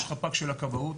יש חפ"ק של הכבאות,